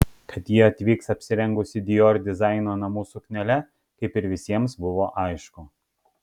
kad ji atvyks apsirengusi dior dizaino namų suknele kaip ir visiems buvo aišku